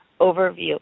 overview